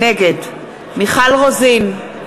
נגד מיכל רוזין,